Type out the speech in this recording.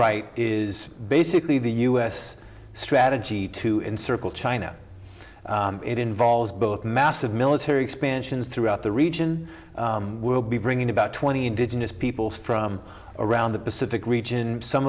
right is basically the u s strategy to encircle china it involves both massive military expansions throughout the region will be bringing about twenty indigenous peoples from around the pacific region some